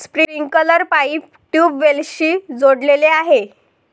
sprinkler pipe ट्यूबवेल्सशी जोडलेले आहे